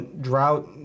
drought